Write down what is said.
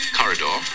corridor